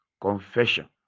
confession